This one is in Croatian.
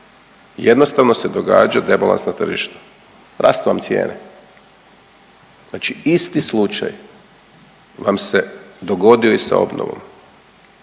Jednostavno se događa rebalans na tržištu, rastu vam cijene znači isti slučaj vam se dogodio i sa obnovom